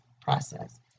process